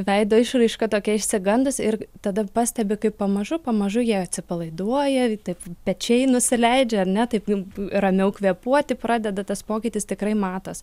veido išraiška tokia išsigandusi ir tada pastebi kaip pamažu pamažu jie atsipalaiduoja taip pečiai nusileidžia ar ne taip ramiau kvėpuoti pradeda tas pokytis tikrai matos